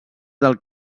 del